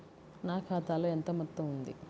నా ఖాతాలో ఎంత మొత్తం ఉంది?